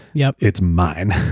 yeah it's mine.